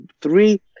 three